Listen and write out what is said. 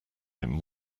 him